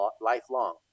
lifelong